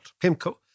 PIMCO